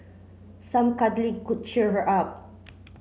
some cuddling could cheer her up